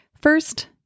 First